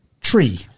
Tree